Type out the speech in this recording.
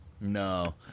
No